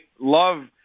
love